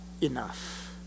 enough